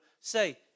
Say